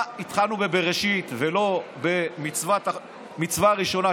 התחלנו בבראשית ולא במצווה הראשונה,